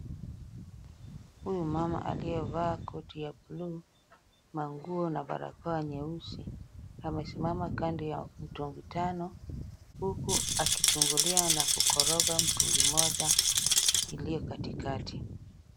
Huyu mama aliyevaa koti ya blue , manguo na barakoa nyeusi amesimama kando ya mitungi tano huku akichungulia na kukoroga mtungi moja iliyokatikati.